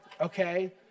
Okay